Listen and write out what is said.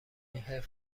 حیف